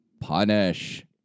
punish